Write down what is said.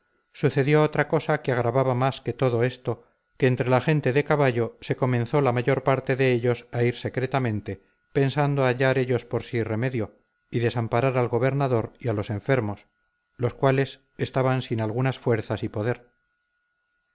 sucedió otra cosa que agravaba más que todo esto que entre la gente de caballo se comenzó la mayor parte de ellos a ir secretamente pensando hallar ellos por sí remedio y desamparar al gobernador y a los enfermos los cuales estaban sin algunas fuerzas y poder